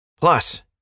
Plus